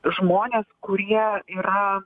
žmones kurie yra